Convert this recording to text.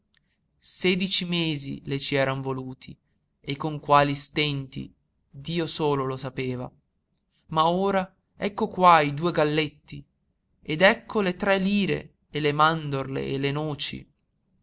sedici mesi le ci eran voluti e con quali stenti dio solo lo sapeva ma ora ecco qua i due galletti ed ecco le tre lire e le mandorle e le noci